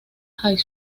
high